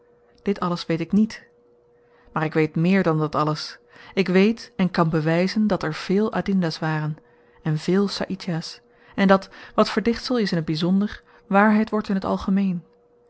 dit alles weet ik niet maar ik weet meer dan dat alles ik weet en kan bewyzen dat er veel adinda's waren en veel saïdjah's en dat wat verdichtsel is in t byzonder waarheid wordt in t algemeen